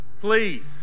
Please